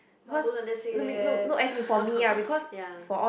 !wow! don't like that say leh ya